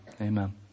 Amen